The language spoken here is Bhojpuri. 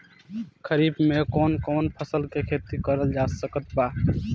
खरीफ मे कौन कौन फसल के खेती करल जा सकत बा?